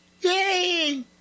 Yay